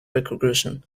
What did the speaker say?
recognition